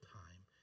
time